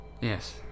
yes